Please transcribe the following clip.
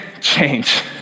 change